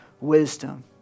wisdom